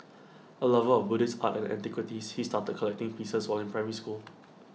A lover of Buddhist art and antiquities he started collecting pieces while in primary school